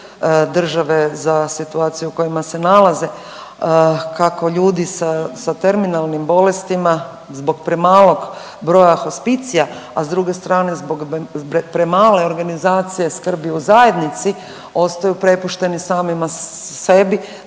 države za situaciju u kojima se nalaze, kako ljudi sa terminalnim bolestima zbog premalog broja hospicija, a s druge strane, zbog premale organizacije skrbi u zajednici ostaju prepušteni samima sebi,